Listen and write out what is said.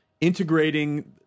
integrating